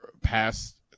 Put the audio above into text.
past